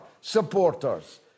supporters